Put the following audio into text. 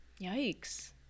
yikes